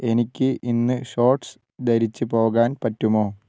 എനിക്ക് ഇന്ന് ഷോർട്ട്സ് ധരിച്ച് പോകാൻ പറ്റുമോ